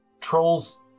trolls